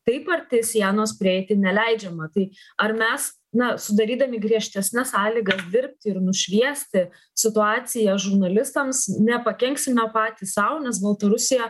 taip arti sienos prieiti neleidžiama tai ar mes na sudarydami griežtesnes sąlygas dirbti ir nušviesti situaciją žurnalistams nepakenksime patys sau nes baltarusija